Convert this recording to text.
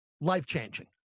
life-changing